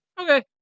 Okay